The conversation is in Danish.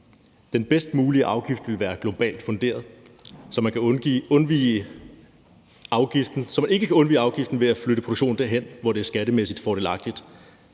Den bedst mulige afgift ville være globalt funderet, så man ikke kan undvige afgiften ved at flytte produktionen derhen, hvor det er skattemæssigt fordelagtigt.